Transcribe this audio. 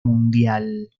mundial